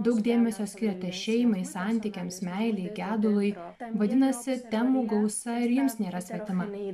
daug dėmesio skiriate šeimai santykiams meilei gedului vadinasi temų gausa ir jums nėra svetima